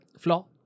flaw